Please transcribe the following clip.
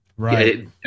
Right